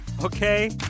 Okay